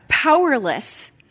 powerless